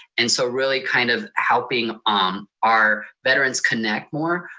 and so really kind of helping um our veterans connect more,